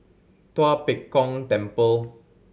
Tua Pek Kong Temple